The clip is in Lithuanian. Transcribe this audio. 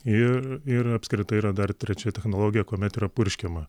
ir ir apskritai yra dar trečia technologija kuomet yra purškiama